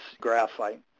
graphite